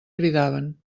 cridaven